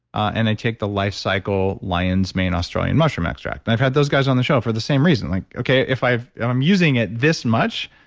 and i take the life cykel lion's mane australian mushroom extract. i've had those guys on the show for the same reason, like okay, if i'm using it this much,